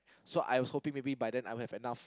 so I was hoping maybe by then I would have enough